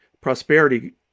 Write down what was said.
prosperity